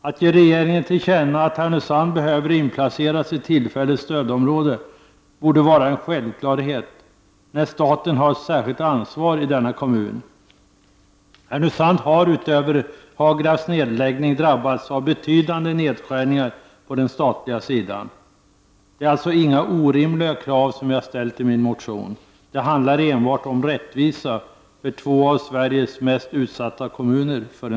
Att ge regeringen till känna att Härnösand behöver inplaceras i tillfälligt stödom råde borde vara en självklarhet, eftersom staten har ett särskilt ansvar i denna kommun. Härnösand har förutom av Hagrafs nedläggning drabbats av betydande nedskärningar på den statliga sidan. Det är alltså inga orimliga krav som jag har ställt i min motion. Det handlar enbart om rättvisa för två av Sveriges för närvarande mest utsatta kommuner.